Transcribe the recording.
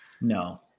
No